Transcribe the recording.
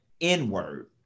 N-word